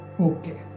Okay